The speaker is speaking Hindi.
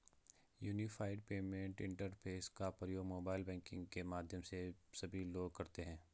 यूनिफाइड पेमेंट इंटरफेस का प्रयोग मोबाइल बैंकिंग के माध्यम से सभी लोग करते हैं